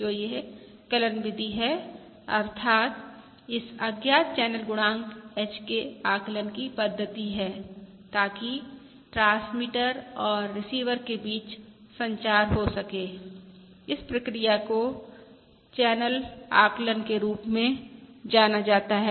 जो यह कलन विधि है अर्थात् इस अज्ञात चैनल गुणांक h के आकलन की पद्धति है ताकि ट्रांसमीटर और रिसीवर के बीच संचार हो सके इस प्रक्रिया को चैनल आकलन के रूप में जाना जाता है